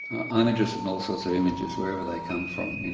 i'm interested in all sorts of images wherever they come from,